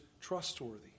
trustworthy